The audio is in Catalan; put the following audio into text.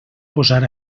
posar